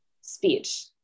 speech